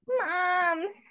Moms